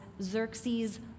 Xerxes